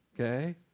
Okay